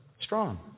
Strong